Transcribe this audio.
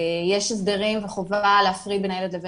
יש הסדרים וחובה להפריד בין הילד לבין